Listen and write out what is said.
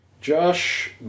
Josh